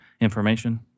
information